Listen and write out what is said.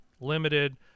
limited